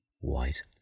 white